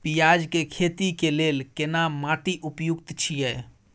पियाज के खेती के लेल केना माटी उपयुक्त छियै?